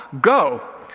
go